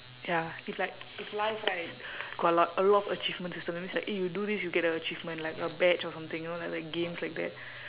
ya if like if life right got a lot a lot of achievement system that means like eh you do this you get a achievement like a badge or something you know like like games like that